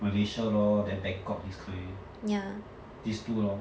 malaysia lor then bangkok these day these two lor